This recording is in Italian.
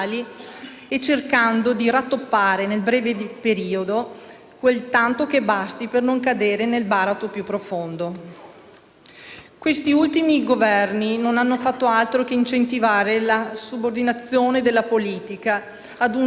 Questi ultimi Governi non hanno fatto altro che incentivare la subordinazione della politica a una oligarchia finanziaria mettendo sempre più alla sbarra la partecipazione diretta dei cittadini, che rimangono inermi spettatori